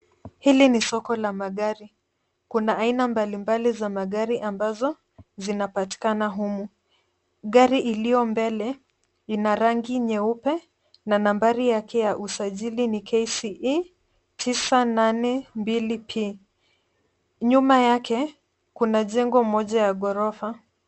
Hili ni soko la magari. Kuna aina mbalimbali za magari ambazo zinapatikana humu. Gari iliyo mbele ina rangi nyeupe na nambari yake ya usajili ni KCE 982P,nyuma yake, kuna jengo moja ya ghorofa.